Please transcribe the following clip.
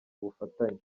ubufatanye